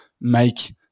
make